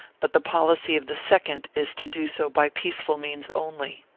but the policy of the second is to do so by peaceful means only.